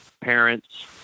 parents